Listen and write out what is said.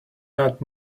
not